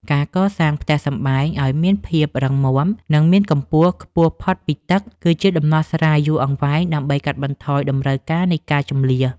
ការកសាងផ្ទះសម្បែងឱ្យមានភាពរឹងមាំ និងមានកម្ពស់ខ្ពស់ផុតពីទឹក គឺជាដំណោះស្រាយយូរអង្វែងដើម្បីកាត់បន្ថយតម្រូវការនៃការជម្លៀស។